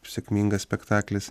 sėkmingas spektaklis